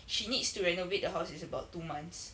she needs to renovate the house is about two months